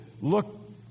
look